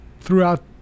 throughout